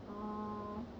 err